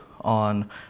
on